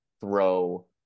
throw